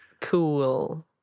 Cool